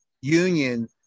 union